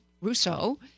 Russo